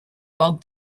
bog